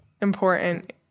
important